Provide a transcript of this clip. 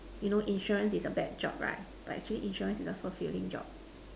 you know insurance is a bad job right but actually insurance is also fulfilling job